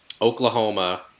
Oklahoma